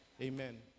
Amen